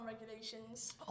regulations